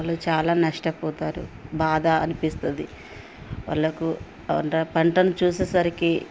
వాళ్ళు చాలా నష్టపోతారు బాధ అనిపిస్తుంది వాళ్ళకు పంటని చూసేసరికి